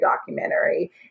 documentary